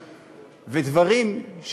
לפחות להיות ענייניים.